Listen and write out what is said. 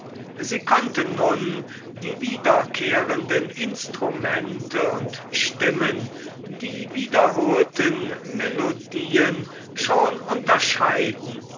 sie konnte nun die wiederkehrenden instrumente und stimmen die wiederholten melodien schon unterscheiden